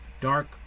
dark